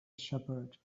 shepherd